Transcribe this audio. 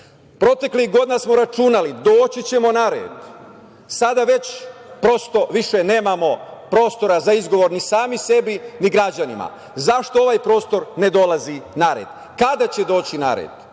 godina smo računali – doći ćemo na red, ali sada već prosto više nemamo prostora za izgovor, ni sami sebi, ni građanima. Zašto ovaj prostor ne dolazi na red? Kada će doći na red?